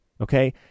Okay